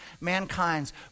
mankind's